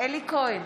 אלי כהן,